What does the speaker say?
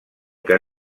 que